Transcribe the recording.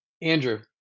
Andrew